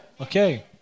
Okay